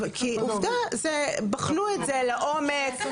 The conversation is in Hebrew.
כי עובדה, בחנו את זה לעומק.